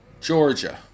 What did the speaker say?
Georgia